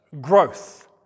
growth